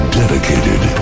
dedicated